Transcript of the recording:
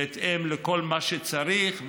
בהתאם לכל מה שצריך,